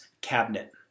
cabinet